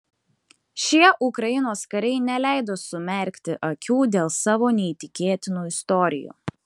šie ukrainos kariai neleido sumerkti akių dėl savo neįtikėtinų istorijų